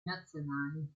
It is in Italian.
nazionali